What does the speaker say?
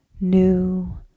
New